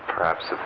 perhaps